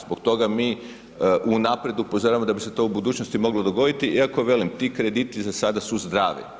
Zbog toga mi unaprijed upozoravamo da bi se to u budućnosti moglo dogoditi, iako velim, ti krediti za sada su zdravi.